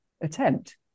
attempt